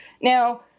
Now